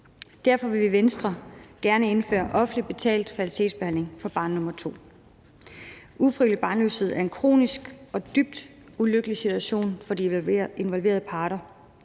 Derfor vil vi i Venstre gerne indføre offentligt betalt fertilitetsbehandling for barn nr. 2. Ufrivillig barnløshed er en kronisk og dybt ulykkelig situation for de involverede parter,